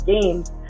games